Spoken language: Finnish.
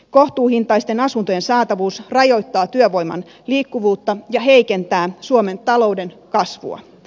kohtuuhintaisten asuntojen saatavuus rajoittaa työvoiman liikkuvuutta ja heikentää suomen talouden kasvua